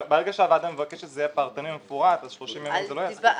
ברגע שהוועדה מבקשת זה פרטני מפורט אז 30 ימים לא יספיקו.